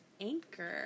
Anchor